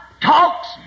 talks